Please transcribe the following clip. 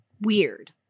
weird